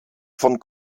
von